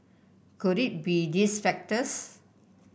could it be these factors